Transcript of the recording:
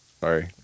Sorry